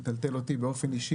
הוא מטלטל אותי באופן אישי,